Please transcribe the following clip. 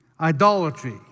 Idolatry